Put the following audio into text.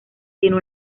tiene